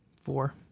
Four